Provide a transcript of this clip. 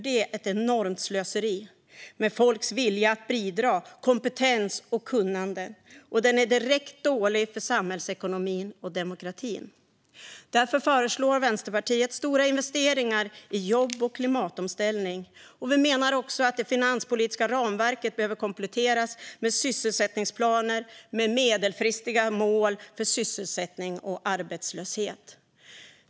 Den är ett enormt slöseri med folks vilja att bidra och deras kompetens och kunnande, och den är direkt dålig för samhällsekonomin och demokratin. Därför föreslår Vänsterpartiet stora investeringar i jobb och klimatomställning. Vi menar att det finanspolitiska ramverket behöver kompletteras med sysselsättningsplaner med medelfristiga mål för sysselsättning och minskad arbetslöshet.